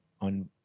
on